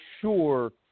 sure